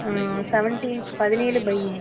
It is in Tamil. சவன்ட்டீன் பதினேழு பை ஏ